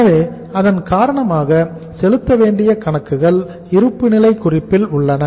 எனவே அதன் காரணமாக செலுத்த வேண்டிய கணக்குகள் இருப்புநிலை குறிப்பில் உள்ளன